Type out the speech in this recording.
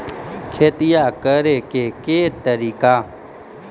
खेतिया करेके के तारिका?